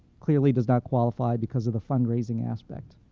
clearly does not qualify because of the fundraising aspect.